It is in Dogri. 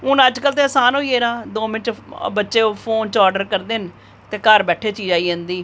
हून अज्जकल ते आसान होई गेदा दौ मिंट च बच्चे फोन च ऑर्डर करदे न ते घर बैठे दे चीज़ आई जंदी